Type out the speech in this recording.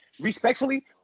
Respectfully